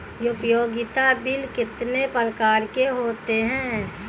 उपयोगिता बिल कितने प्रकार के होते हैं?